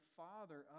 father